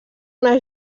una